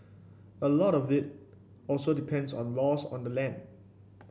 a lot of it also depends on laws of the land